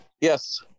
Yes